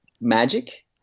Magic